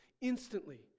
instantly